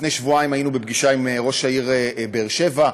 לפני שבועיים היינו בפגישה עם ראש העיר באר שבע,